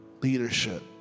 leadership